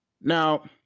Now